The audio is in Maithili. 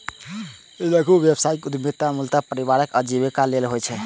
लघु व्यवसाय उद्यमिता मूलतः परिवारक आजीविका लेल होइ छै